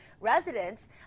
residents